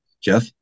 Jeff